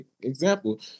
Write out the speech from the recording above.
example